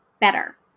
better